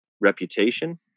reputation